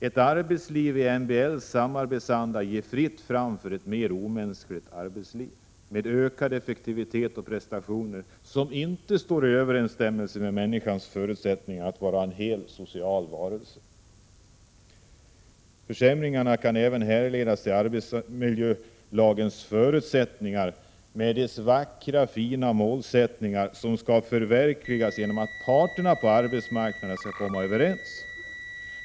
Ett arbetsliv i MBL:s samarbetsanda ger fritt fram för ett mer omänskligt arbetsliv med ökad effektivitet och prestationer — som inte står i överensstämmelse med önskemålet att ge människan förutsättningar att vara en hel social varelse. Försämringarna kan härledas till arbetsmiljölagens förutsättningar med dess vackra och fina målsättning, som skall förverkligas genom att parterna på arbetsmarknaden skall komma överens.